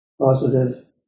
positive